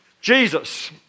Jesus